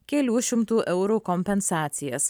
kelių šimtų eurų kompensacijas